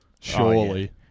Surely